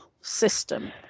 system